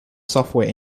software